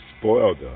spoiled